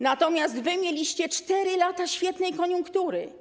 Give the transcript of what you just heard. Natomiast wy mieliście 4 lata świetnej koniunktury.